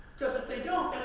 because if they don't,